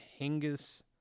Hingis